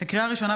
לקריאה ראשונה,